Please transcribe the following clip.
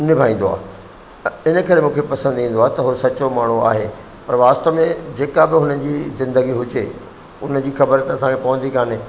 निभाईंदो आहे त इन करे मूंखे पसंदि ईंदो आहे त उहो सचो माण्हू आहे पर वास्तव में जेका बि हुननि जी ज़िंदगी हुजे उन जी खबर त असांखे पवंदी कोन्हे